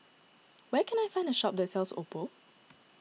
where can I find a shop that sells Oppo